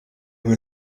were